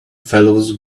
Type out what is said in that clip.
fellows